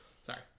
Sorry